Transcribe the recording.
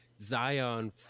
Zion